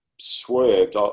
swerved